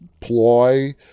ploy